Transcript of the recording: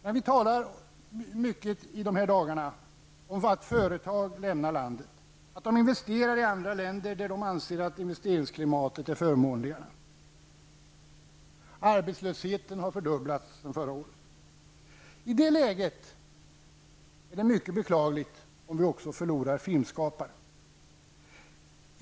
Det talas i dessa dagar mycket om att företag lämnar landet och investerar i andra länder, där de anser att investeringsklimatet är förmånligare. Arbetslösheten har fördubblats sedan förra året. I det läget är det mycket beklagligt om vi också förlorar filmskapare.